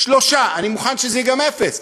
3%. אני מוכן שזה יהיה גם אפס,